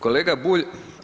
Kolega Bulj.